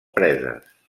preses